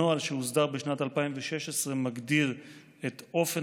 הנוהל שהוסדר בשנת 2016 מגדיר את אופן